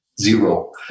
zero